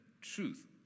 truth